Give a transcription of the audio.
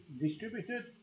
distributed